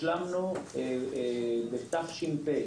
השלמנו בתש"פ,